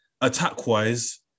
attack-wise